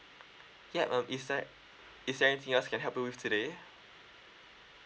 yup um is there is there anything else I can help you with today